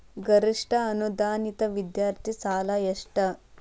ಗರಿಷ್ಠ ಅನುದಾನಿತ ವಿದ್ಯಾರ್ಥಿ ಸಾಲ ಎಷ್ಟ